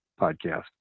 podcast